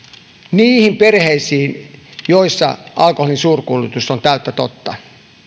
niihin perheisiin joissa alkoholin suurkulutus on täyttä totta